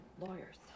Lawyers